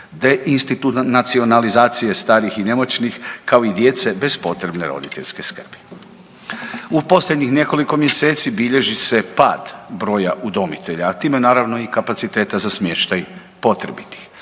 deinstitucionalizacije starih i nemoćnih kao i djece bez potrebne roditeljske skrbi. U posljednjih nekoliko mjeseci bilježi se pad broja udomitelja, a time naravno i kapaciteta za smještaj potrebitih.